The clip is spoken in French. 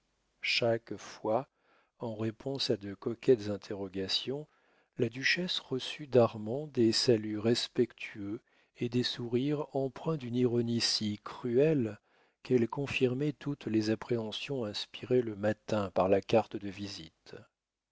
chaque fois en réponse à de coquettes interrogations la duchesse reçut d'armand des saluts respectueux et des sourires empreints d'une ironie si cruelle qu'ils confirmaient toutes les appréhensions inspirées le matin par la carte de visite